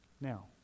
Now